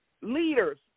leaders